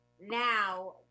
now